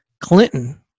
Clinton